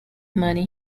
money